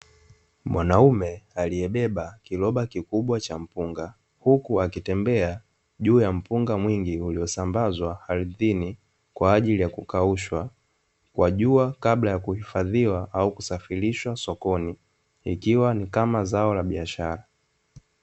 Mwanaume aliyebeba kiroba kikubwa cha mpunga huku akitembea juu ya mpunga mwingi uliosambazwa ardhini, kwa ajili kukaushwa kwa jua kabla ya kuhifadhiwa au kusafirishwa sokoni. Ikiwa ni kama zao la biashara.